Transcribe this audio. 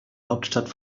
hauptstadt